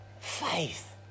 Faith